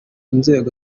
nzego